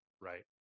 right